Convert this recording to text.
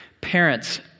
Parents